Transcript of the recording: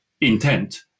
intent